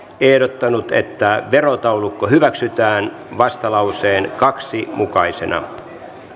ehdottanut että verotaulukko hyväksytään vastalauseen kahtena mukaisena